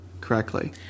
correctly